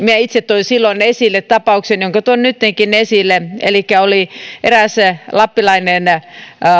minä itse toin silloin esille tapauksen jonka tuon nyttenkin esille elikkä oli eräs lappilainen